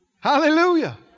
Hallelujah